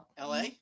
LA